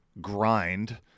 grind